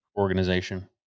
organization